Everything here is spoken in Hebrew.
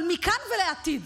אבל מכאן ולעתיד